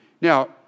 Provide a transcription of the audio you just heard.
Now